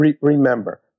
Remember